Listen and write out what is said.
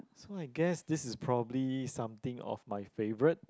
so I guess this is probably something of my favourite